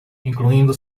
incluindo